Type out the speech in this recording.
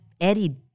Eddie